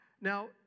Now